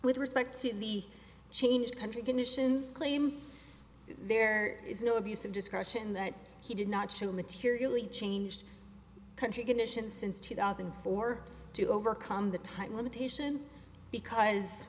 with respect to the change country conditions claim there is no abuse of discretion that he did not show materially changed country conditions since two thousand and four to overcome the time limitation because